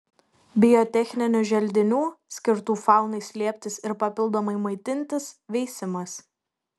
biotechninių želdinių skirtų faunai slėptis ir papildomai maitintis veisimas